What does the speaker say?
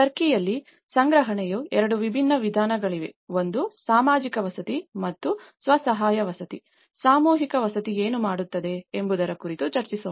ಟರ್ಕಿಯಲ್ಲಿ ಸಂಗ್ರಹಣೆಯ 2 ವಿಭಿನ್ನ ವಿಧಾನಗಳಿವೆ ಒಂದು ಸಾಮೂಹಿಕ ವಸತಿ ಮತ್ತು ಸ್ವ ಸಹಾಯ ವಸತಿ ಸಾಮೂಹಿಕ ವಸತಿ ಏನು ಮಾತನಾಡುತ್ತದೆ ಎಂಬುದರ ಕುರಿತು ಚರ್ಚಿಸೋಣ